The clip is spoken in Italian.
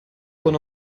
con